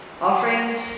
offerings